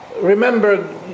Remember